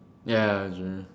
ya